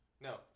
No